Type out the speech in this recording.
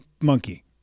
monkey